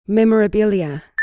Memorabilia